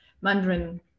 Mandarin